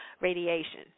radiation